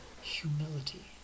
humility